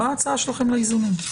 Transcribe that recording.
מה ההצעה שלכם לאיזונים?